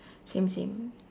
same same